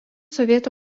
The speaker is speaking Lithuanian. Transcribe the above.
sovietų